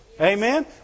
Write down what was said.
Amen